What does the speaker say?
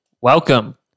Welcome